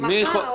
ממחר.